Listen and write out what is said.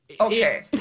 Okay